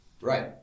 Right